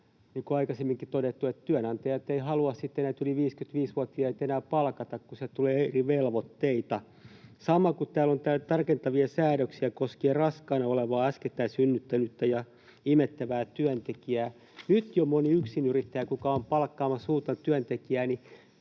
kuten aikaisemminkin todettu — että työnantajat eivät halua sitten enää palkata näitä yli 55-vuotiaita, kun tulee eri velvoitteita. Sama, kun täällä on tarkentavia säädöksiä koskien raskaana olevaa, äskettäin synnyttänyttä ja imettävää työntekijää. Nyt jo moni yksinyrittäjä, joka on palkkaamassa uutta työntekijää,